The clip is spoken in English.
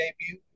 debut